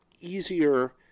easier